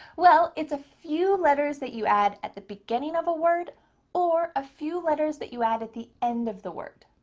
well, it's a few letters that you add at the beginning of a word or a few letters that you add at the end of the word.